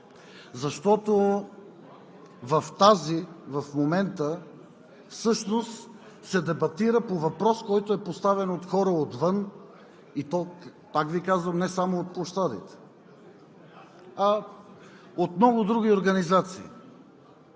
защото в момента в тази всъщност се дебатира по въпрос, който е поставен от хората отвън, и то не само от площадите, а от много други организации.